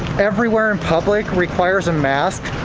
everywhere in public requires a mask.